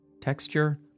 texture